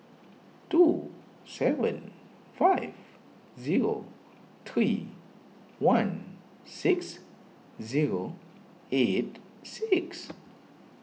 two seven five zero three one six zero eight six